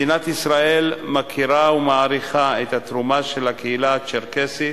מדינת ישראל מוקירה ומעריכה את התרומה של הקהילה הצ'רקסית,